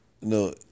no